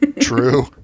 True